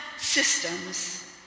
Systems